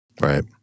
Right